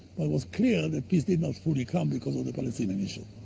but it was clear that peace did not fully come because of the palestinian issue.